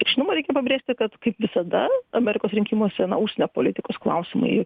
ir žinoma reikia pabrėžti kad kaip visada amerikos rinkimuose na užsienio politikos klausimai